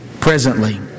presently